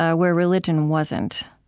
ah where religion wasn't,